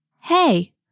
Hey